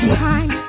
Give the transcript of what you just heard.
time